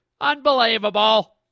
Unbelievable